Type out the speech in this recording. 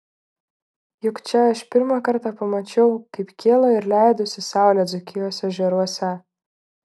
juk čia aš pirmą kartą pamačiau kaip kilo ir leidosi saulė dzūkijos ežeruose